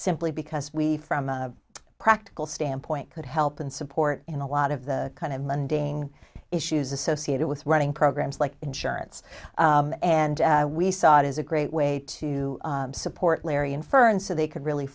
simply because we from a practical standpoint could help and support in a lot of the kind of mundine issues associated with running programs like insurance and we saw it as a great way to support larry and fern so they could really